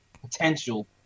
potential